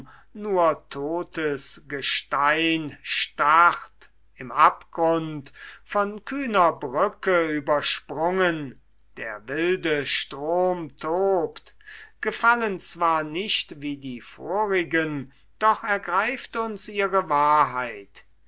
nur totes gestein starrt im abgrund von kühner brücke übersprungen der wilde strom tobt gefallen zwar nicht wie die vorigen doch ergreift uns ihre wahrheit